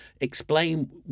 explain